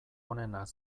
onenak